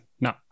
no